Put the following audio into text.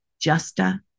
justa